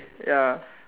ya